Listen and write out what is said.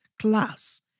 class